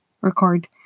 record